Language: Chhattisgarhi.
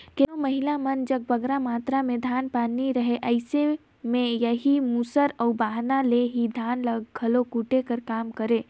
केतनो महिला मन जग बगरा मातरा में धान पान नी रहें अइसे में एही मूसर अउ बहना ले ही धान ल घलो कूटे कर काम करें